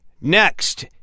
next